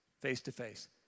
face-to-face